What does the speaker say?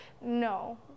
No